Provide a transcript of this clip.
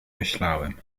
myślałem